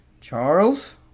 Charles